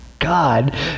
God